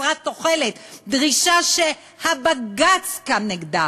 חסרת תוחלת, דרישה שהבג"ץ קם נגדה?